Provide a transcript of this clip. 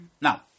Now